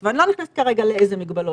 למגבלות, ואני לא מתכוונת כרגע לאיזה מגבלות.